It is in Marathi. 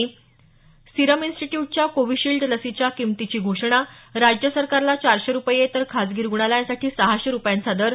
स सिरम इंस्टीट्यूटच्या कोव्हिशील्ड लसीच्या किमतीची घोषणा राज्य सरकारला चारशे रुपये तर खाजगी रुग्णालयांसाठी सहाशे रुपयांचा दर